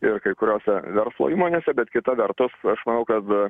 ir kai kuriose verslo įmonėse bet kita vertus aš manau kad